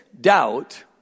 doubt